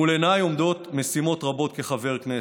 מול עיניי עומדות משימות רבות כחבר כנסת.